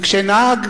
וכשנהג,